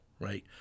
right